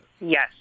yes